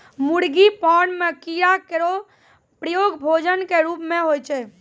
मुर्गी फार्म म कीड़ा केरो प्रयोग भोजन क रूप म होय छै